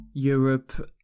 Europe